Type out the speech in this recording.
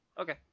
Okay